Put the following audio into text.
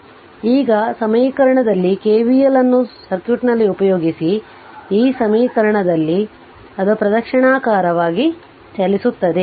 ಆದ್ದರಿಂದ ಈಗ ಈ ಸಮೀಕರಣದಲ್ಲಿ ಸ್ಲೈಡ್ ಟೈಮ್ KVL ಅನ್ನು ಈ ಸರ್ಕ್ಯೂಟ್ನಲ್ಲಿ ಉಪಯೋಗಿಸಿ ಈ ಸಮೀಕರಣದಲ್ಲಿ ಅದು ಪ್ರದಕ್ಷಿಣಾಕಾರವಾಗಿ ಚಲಿಸುತ್ತದೆ